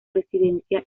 residencia